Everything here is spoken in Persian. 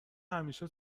همیشه